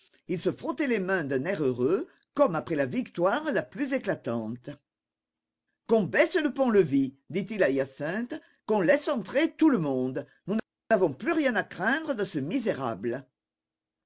il se frottait les mains d'un air heureux comme après la victoire la plus éclatante qu'on baisse le pont-levis dit-il à hyacinthe qu'on laisse entrer tout le monde nous n'avons plus rien à craindre de ce misérable